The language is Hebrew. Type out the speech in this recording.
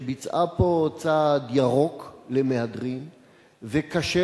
שביצעה פה צעד ירוק למהדרין וכשר